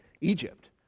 Egypt